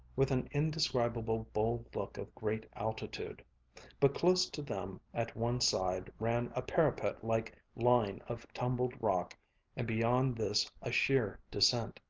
with an indescribable bold look of great altitude but close to them at one side ran a parapet-like line of tumbled rock and beyond this a sheer descent.